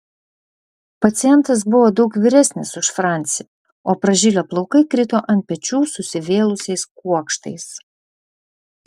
pacientas buvo daug vyresnis už francį o pražilę plaukai krito ant pečių susivėlusiais kuokštais